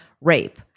rape